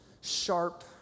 sharp